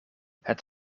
het